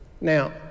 Now